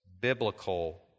biblical